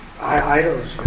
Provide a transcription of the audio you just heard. Idols